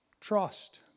Trust